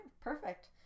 Perfect